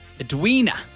Edwina